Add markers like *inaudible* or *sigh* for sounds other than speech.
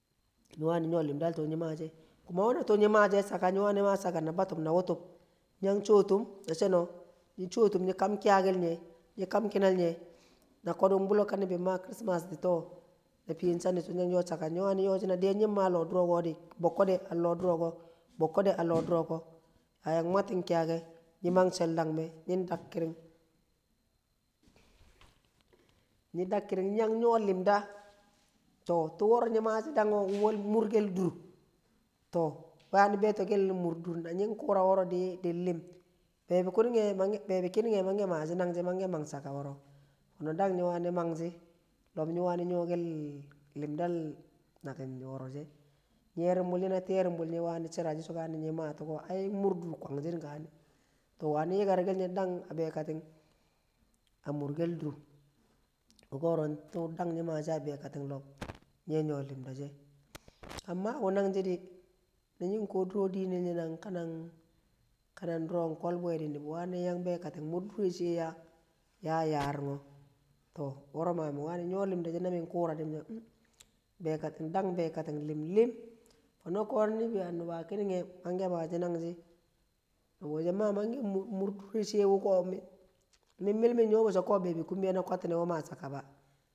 Nyi wani nyo limdal tu nyi mashi e̱ kuma we na tu nyi mashi e̱ nyi wani ma chakka na batub, na wutub nyi yang choo tum na cheno nyi cho tum ny, kam kiyakel nye nyi kam kinal nye n kodu din bulo nibi ma kirsimas di to na fiye din chang nyi so nyi yang yo chakka nyi wani, yoh shi a loh duroko bokkode a log duro ko, bokkode a log duro ko, ya yang mwatting kiya ke, nyi mang chelgang me nyi dakkirung nyi dakikkirin nyi yan nyo limda to Tukoro nyi mashi dang murkel dur. To wani beto kel murdur na nying kura woro di diim lim bebu kunun bebi kinung he manghe maa chakka woro fono dang nyi waani maa shi nyi wani nyolel limdl nakin wor she, nyerrumbu nye aa hiiyer umbil nye wa ni chira so ai murdur kwanjin kone wani yirkr kel nye a bekating, wu koro tuu dang nyi mashi a bekating lob *noise* nye nyo limda she, *noise* ang mabunanshe di na nying nkwo duro dinel nye na kanang kanang duro nkolbu di bekating wani murkel dure shiye ya ya yaron *noise* go woro to woro ma mi wani nyo lima she na min kura di mi so bekatinng, dang lim lim fono ko bekating dang bekating lim- lim, fono ko nuba nuba kining kining he manghe mashi nag- shi nubuushe wuko min mil min nyo bondu bebe kumbiya na kwattine we ma we maa chakka